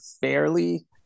fairly